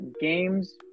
games